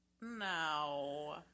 No